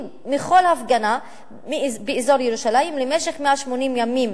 מכל הפגנה באזור ירושלים למשך 180 ימים.